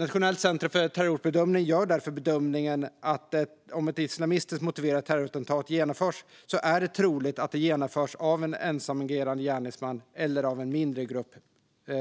Nationellt centrum för terrorhotbedömning gör därför bedömningen att om ett islamistiskt motiverat terrorattentat genomförs är det troligt att det utförs av en ensamagerande gärningsman eller av en mindre grupp